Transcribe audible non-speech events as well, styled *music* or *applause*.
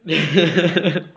*laughs*